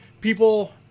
people